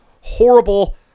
Horrible